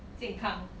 健康